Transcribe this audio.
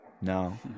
no